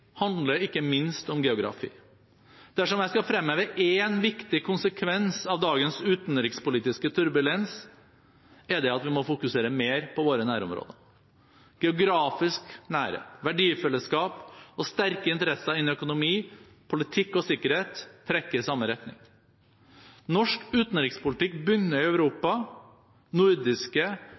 handler ikke minst om geografi. Dersom jeg skal fremheve én viktig konsekvens av dagens utenrikspolitiske turbulens, er det at vi må fokusere mer på våre nærområder. Geografisk nærhet, verdifellesskap og sterke interesser innen økonomi, politikk og sikkerhet trekker i samme retning. Norsk utenrikspolitikk begynner i Europa. Nordiske